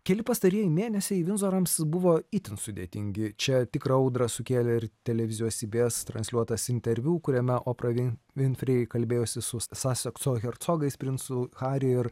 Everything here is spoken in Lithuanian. keli pastarieji mėnesiai vinzorams buvo itin sudėtingi čia tikrą audrą sukėlė ir televizijos ibs transliuotas interviu kuriame opra vin vinfrei kalbėjosi su sasekso hercogais princu harry ir